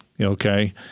okay